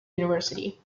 university